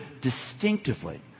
distinctively